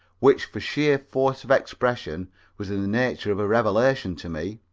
which for sheer force of expression was in the nature of a revelation to me.